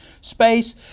space